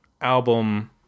album